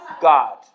God